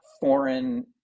foreign